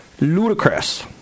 Ludicrous